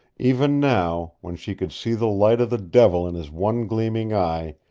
even now, when she could see the light of the devil in his one gleaming eye,